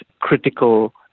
critical